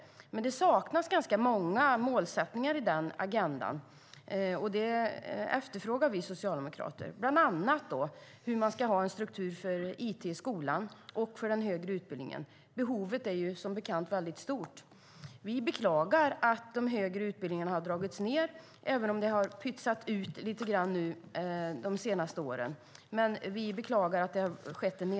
Men det saknas ganska många målsättningar i denna agenda. Det efterfrågar vi socialdemokrater, bland annat en struktur för it i skolan och för den högre utbildningen. Behovet är som bekant mycket stort. Vi beklagar att det har skett en neddragning av de högre utbildningarna, även om ni har pytsat ut lite grann de senaste åren.